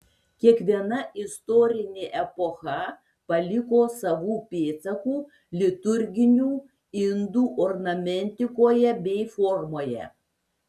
kiekviena istorinė epocha paliko savų pėdsakų liturginių indų ornamentikoje bei formoje